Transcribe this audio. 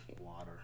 water